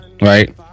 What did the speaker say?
Right